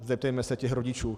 Zeptejme se těch rodičů.